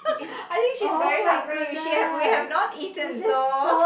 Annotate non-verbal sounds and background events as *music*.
*laughs* I think she's very hungry she have we have not eaten so